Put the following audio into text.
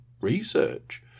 research